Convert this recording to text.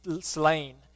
slain